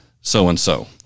So-and-so